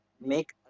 make